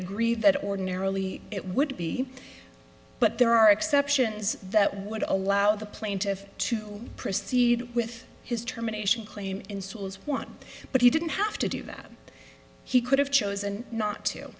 agree that ordinarily it would be but there are exceptions that would allow the plaintiff to proceed with his terminations claim in sewell's one but he didn't have to do that he could have chosen not to